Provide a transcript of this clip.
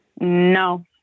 no